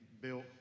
built